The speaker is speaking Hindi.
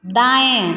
दाएँ